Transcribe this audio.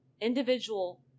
individual